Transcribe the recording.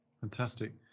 Fantastic